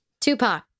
Tupac